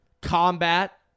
combat